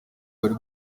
bari